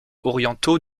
orientaux